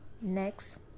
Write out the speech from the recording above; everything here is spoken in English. Next